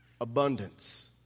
abundance